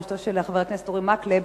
בראשותו של חבר הכנסת אורי מקלב,